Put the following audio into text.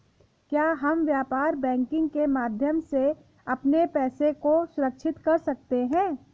क्या हम व्यापार बैंकिंग के माध्यम से अपने पैसे को सुरक्षित कर सकते हैं?